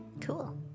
Cool